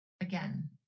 again